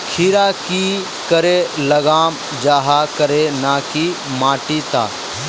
खीरा की करे लगाम जाहाँ करे ना की माटी त?